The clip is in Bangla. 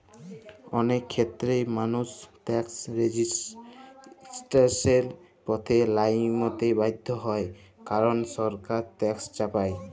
অলেক খ্যেত্রেই মালুস ট্যাকস রেজিসট্যালসের পথে লাইমতে বাধ্য হ্যয় কারল সরকার ট্যাকস চাপায়